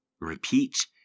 Repeat